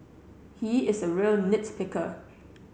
he is a real nit picker